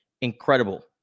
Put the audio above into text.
incredible